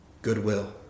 Goodwill